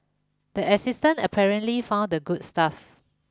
the assistant apparently found the good stuff